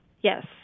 Yes